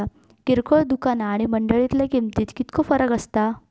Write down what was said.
किरकोळ दुकाना आणि मंडळीतल्या किमतीत कितको फरक असता?